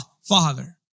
Father